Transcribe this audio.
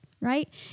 right